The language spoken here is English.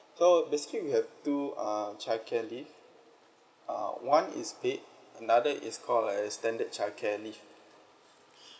so basically we have two uh childcare leave uh one is paid another one is called uh extended childcare leave